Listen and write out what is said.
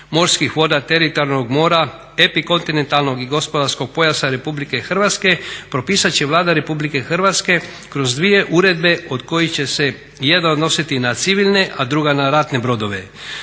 morskih voda teritorijalnog mora, epikontinentalnog i gospodarskog pojasa Republike Hrvatske propisati će Vlada Republike Hrvatske kroz dvije uredbe od kojih će se jedna odnositi na civilne a druga na ratne brodove.